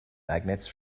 magnets